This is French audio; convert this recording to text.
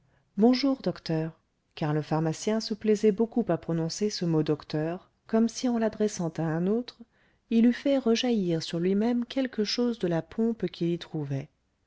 bonjour docteur car le pharmacien se plaisait beaucoup a prononcer ce mot docteur comme si en l'adressant à un autre il eût fait rejaillir sur lui-même quelque chose de la pompe qu'il y trouvait